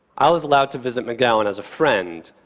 i was allowed to visit mcgowan as a friend,